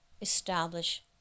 establish